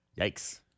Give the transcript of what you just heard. Yikes